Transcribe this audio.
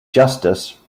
justice